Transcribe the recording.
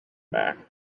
back